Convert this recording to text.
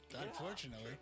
Unfortunately